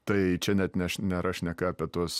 tai čia net neš nėra šneka apie tuos